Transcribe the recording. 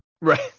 Right